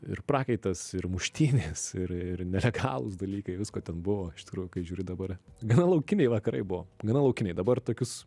ir prakaitas ir muštynės ir ir nelegalūs dalykai visko ten buvo iš tikrųjų kai žiūri dabar gana laukiniai vakarai buvo gana laukiniai dabar tokius